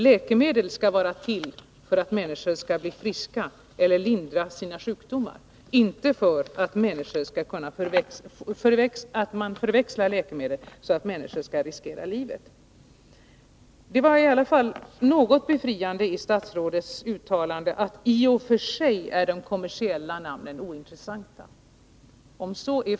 Läkemedel skall vara till för att människor skall bli friska eller få lindring i sina sjukdomar. Människor skall inte behöva riskera livet på grund av förväxlingsrisker. Det var i alla fall något uppfriskande i statsrådets uttalande att de kommersiella namnen i och för sig är ointressanta.